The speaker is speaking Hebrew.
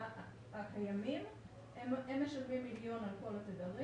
הקיימים משלמים מיליון על כל התדרים.